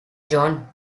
john